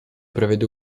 prevede